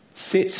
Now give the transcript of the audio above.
sit